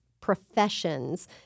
professions